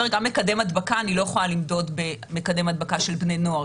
גם מקדם הדבקה אני לא יכולה למדוד כמקדם הדבקה של בני נוער,